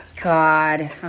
god